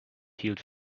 healed